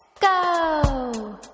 go